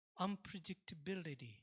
Unpredictability